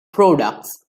products